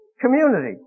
community